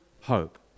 hope